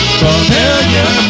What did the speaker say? familiar